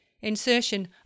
insertion